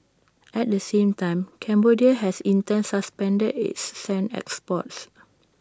at the same time Cambodia has in turn suspended its sand exports